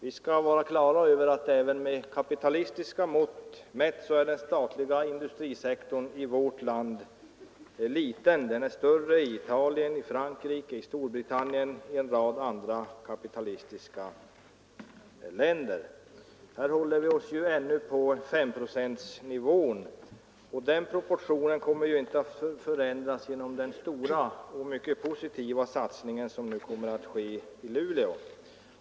Vi skall nämligen ha klart för oss att även med kapitalistiska mått mätt är den statliga industrisektorn i vårt land liten. I Italien, Frankrike, Storbritannien och en rad andra kapitalistiska länder är den större. Här håller vi oss ännu på femprocentsnivån, och proportionerna kommer inte att ändras genom den stora och mycket positiva satsning som nu kommer att göras i Luleå.